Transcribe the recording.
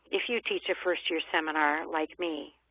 if you teach a first-year seminar like me,